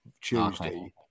Tuesday